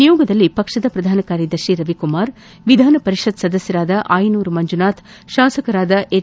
ನಿಯೋಗದಲ್ಲಿ ಪಕ್ಷದ ಪ್ರಧಾನ ಕಾರ್ಯದರ್ಶಿ ರವಿಕುಮಾರ್ ವಿಧಾನ ಪರಿಷತ್ ಸದಸ್ಯರಾದ ಆಯನೂರು ಮಂಜುನಾಥ್ ಶಾಸಕರಾದ ಹೆಚ್